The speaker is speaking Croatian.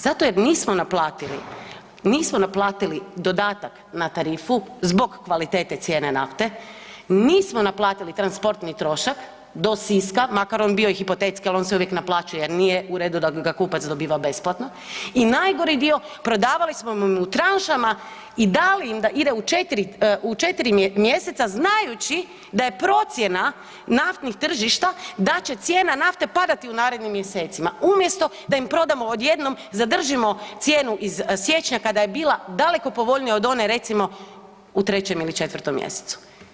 Zato jer nismo naplatili, nismo naplatili dodatak na tarifu zbog kvalitete cijene nafte, nismo naplatili transportni trošak do Siska, makar on bio i hipotetski, ali on se uvijek naplaćuje jer nije u redu da ga kupac dobiva besplatno i najgori dio, prodavali smo im u tranšama i dali da ide u 4, u 4 mjeseca, znajući da je procjena naftnih tržišta da će cijena nafte padati u narednim mjesecima, umjesto da im prodamo odjednom, zadržimo cijenu iz siječnja kada je bila daleko povoljnija, od one, recimo u 3. ili 4. mjesecu.